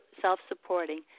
self-supporting